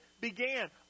began